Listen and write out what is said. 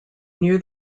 near